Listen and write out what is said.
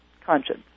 Conscience